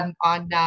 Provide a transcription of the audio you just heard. on